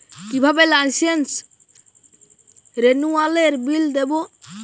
কিভাবে লাইসেন্স রেনুয়ালের বিল দেবো?